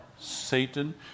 Satan